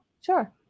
Sure